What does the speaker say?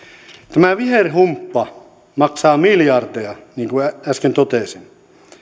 tämä viherhumppa maksaa miljardeja niin kuin äsken totesin